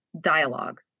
dialogue